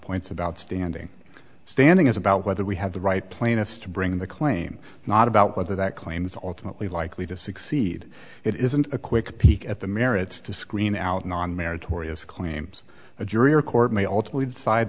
points about standing standing is about whether we have the right plaintiffs to bring the claim not about whether that claim is ultimately likely to succeed it isn't a quick peek at the merits to screen out non meritorious claims a jury or court may ultimate